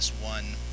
one